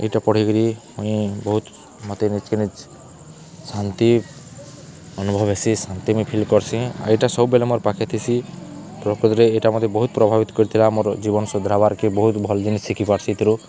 ଏଇଟା ପଢ଼େଇକିରି ମୁଁ ବହୁତ ମୋତେ ନିଜକେ ନିଜ ଶାନ୍ତି ଅନୁଭବ ହେସି ଶାନ୍ତି ମୁଇଁ ଫିଲ୍ କର୍ସି ଆଉ ଏଇଟା ସବବେଳେ ମୋର୍ ପାଖେଥିସି ପ୍ରକୃତରେ ଏଇଟା ମୋତେ ବହୁତ ପ୍ରଭାବିତ କରିଥିଲା ମୋର ଜୀବନ ସୁଧରାବାର୍ କେ ବହୁତ ଭଲ ଜିନିଷ ଶିଖିପାର୍ସି ସେଥିରୁ